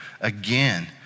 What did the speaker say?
Again